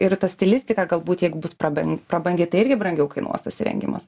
ir ta stilistika galbūt jeigu bus praban prabangi tai irgi brangiau kainuos tas įrengimas